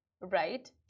Right